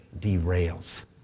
derails